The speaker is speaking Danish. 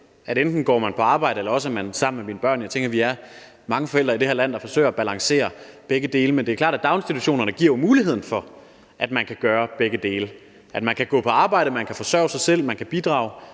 at enten går man på arbejde, eller også er man sammen med sine børn. Jeg tænker, vi er mange forældre i det her land, der forsøger at balancere begge dele. Men det er klart, at daginstitutionerne giver muligheden for, at man kan gøre begge dele; at man kan gå på arbejde og forsørge sig selv og bidrage